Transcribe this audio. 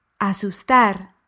Asustar